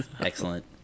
Excellent